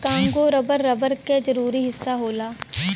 Congo rubber, rubber क जरूरी हिस्सा होला